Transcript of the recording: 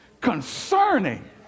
concerning